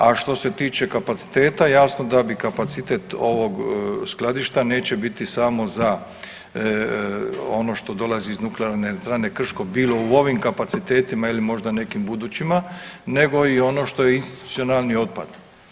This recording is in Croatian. A što se tiče kapaciteta, jasno da bi kapacitete ovog skladišta neće biti samo za ono što dolazi iz Nuklearne elektrane Krško bilo u ovim kapacitetima ili možda nekim budućima nego i ono što je institucionalni otpad.